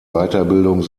weiterbildung